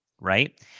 Right